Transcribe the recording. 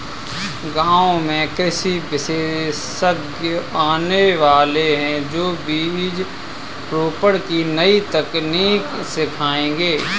गांव में कृषि विशेषज्ञ आने वाले है, जो बीज रोपण की नई तकनीक सिखाएंगे